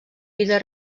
vida